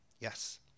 Yes